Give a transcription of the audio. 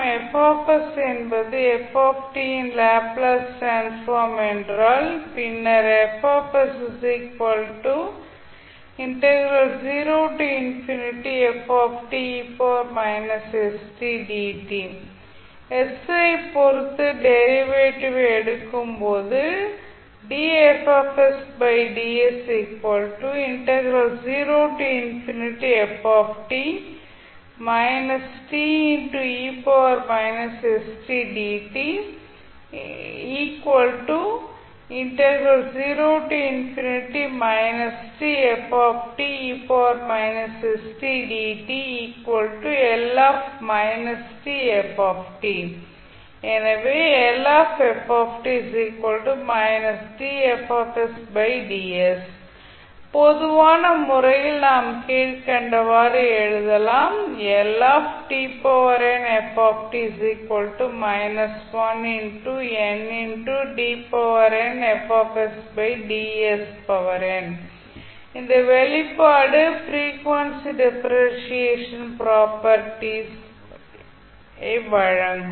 F என்பது f இன் Laplace transform என்றால் பின்னர் s ஐ ப் பொறுத்து டெரிவேட்டிவ் ஐ எடுக்கும் போது எனவே பொதுவான முறையில் நாம் கீழ்கண்டவாறு எழுதலாம் இந்த வெளிப்பாடு ஃப்ரீக்வன்சி டிஃபரென்ஷியேஷன் ப்ராப்பர்ட்டீஸ் ஐ வழங்கும்